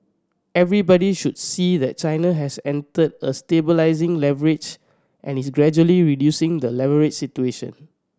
everybody should see that China has entered a stabilising leverage and is gradually reducing the leverage situation